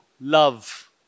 love